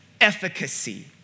efficacy